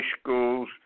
schools